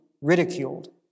ridiculed